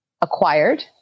acquired